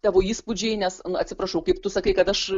tavo įspūdžiai nes na atsiprašau kaip tu sakai kad aš